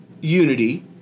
unity